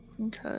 Okay